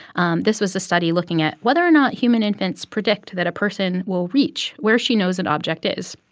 um this was a study looking at whether or not human infants predict that a person will reach where she knows an object is.